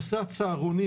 נושא הצהרונים